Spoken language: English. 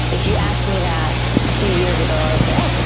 if you asked me that a few years ago, i would say,